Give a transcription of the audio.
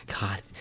God